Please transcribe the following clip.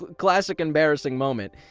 classic embarrassing moment.